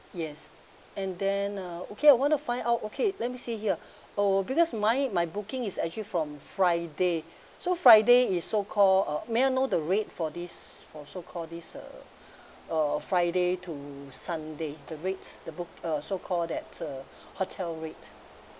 yes and then uh okay I want to find out okay let me see here uh because my my booking is actually from friday so friday is so call uh may I know the rate for this for so call this uh uh friday to sunday the rates the book uh so call that uh hotel rate